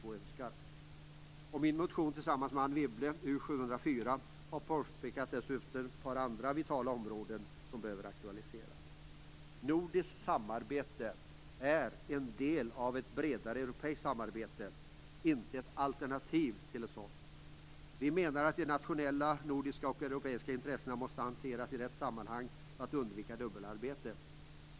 I motion U704 som jag väckt tillsammans med Anne Wibble m.fl. pekar vi motionärer också på ett par andra vitala områden som behöver aktualiseras. Nordiskt samarbete är en del av ett bredare europeiskt samarbete, inte ett alternativ till ett sådant. Vi menar att de nationella, liksom de nordiska och europeiska, intressena måste hanteras i rätt sammanhang för att undvika dubbelarbete.